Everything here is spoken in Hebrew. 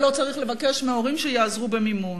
ולא צריך לבקש מההורים שיעזרו במימון.